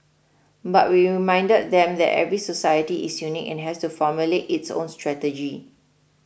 but we reminded them that every society is unique and has to formulate its own strategy